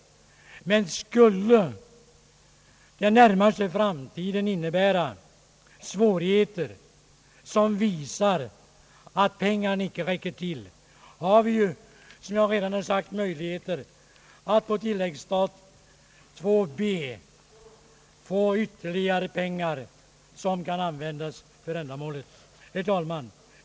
Skulle emellertid den närmaste framtiden medföra svårigheter som gör att pengarna inte räcker till har vi, som jag redan sagt, möjlighet att på tilläggsstat II B få ytterligare pengar för ändamålet. Herr talman!